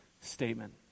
statement